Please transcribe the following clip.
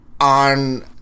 on